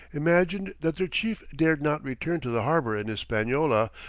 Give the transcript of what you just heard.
imagined that their chief dared not return to the harbour in hispaniola,